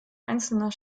einzelner